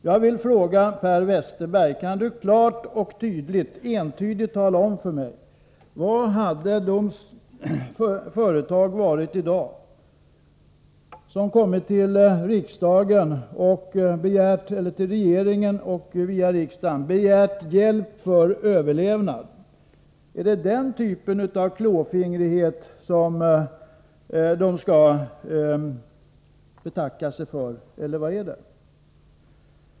Jag vill fråga Per Westerberg om han klart och entydigt kan tala om för mig hur det i dag hade varit med de företag som kom till riksdagen via regeringen och begärde hjälp till överlevnad. Är det den typen av klåfingrighet som de skall betacka sig för, eller vad är det?